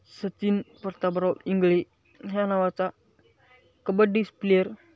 सचिन परताबराव इंगळे ह्या नावाचा कबड्डीस प्लेयर